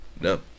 No